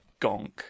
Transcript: Gonk